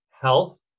health